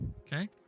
Okay